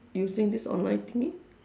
using this online thingy